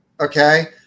Okay